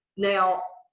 now,